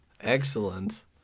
excellent